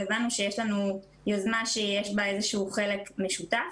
הבנו שיש לנו יוזמה שיש בה איזשהו חלק משותף,